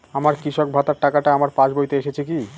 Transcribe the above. আমার কৃষক ভাতার টাকাটা আমার পাসবইতে এসেছে কি?